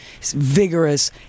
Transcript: vigorous